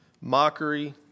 mockery